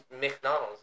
McDonald's